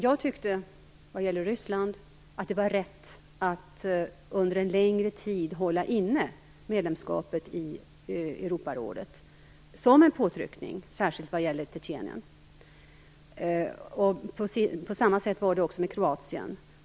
Jag tyckte att det var rätt att hålla inne medlemskapet i Europarådet för Ryssland under en längre tid som en påtryckning, särskilt med tanke på Tjetjenien. På samma sätt var det också med Kroatien.